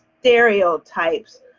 stereotypes